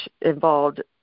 involved